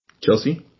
Chelsea